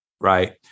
Right